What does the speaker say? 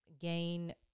gain